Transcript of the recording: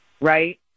right